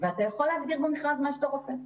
ואתה יכול להגדיר במכרז מה שאתה רוצה.